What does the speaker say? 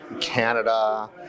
Canada